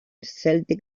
celtic